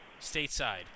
stateside